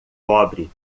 pobre